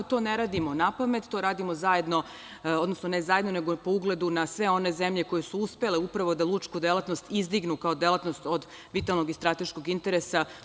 To ne radimo napamet, to radimo zajedno, odnosno ne zajedno, nego po ugledu na sve one zemlje koje su uspele upravo da lučku delatnost izdignu kao delatnost od vitalnog i strateškog interesa.